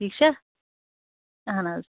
ٹھیٖک چھا اَہَن حظ